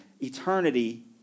Eternity